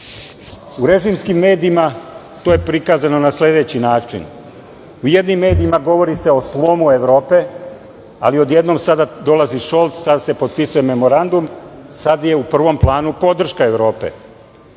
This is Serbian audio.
režimskim medijima, to je prikazano na sledeći način, u jednim medijima govori se o slomu Evrope, ali odjednom sada dolazi Šolc, sada se potpisuje Memorandum, sada je u prvom planu podrška Evrope.